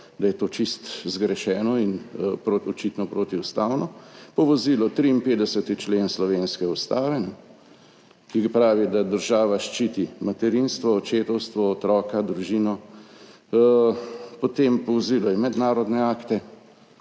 da je to čisto zgrešeno in očitno protiustavno, povozilo 53. člen slovenske ustave, ki pravi, da država ščiti materinstvo, očetovstvo, otroka, družino, potem je povozilo mednarodne akte.